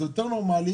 זה יותר נורמלי,